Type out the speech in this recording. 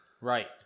Right